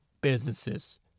businesses